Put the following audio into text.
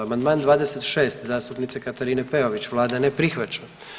Amandman 26. zastupnice Katarine Peović, vlada ne prihvaća.